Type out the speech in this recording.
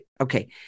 Okay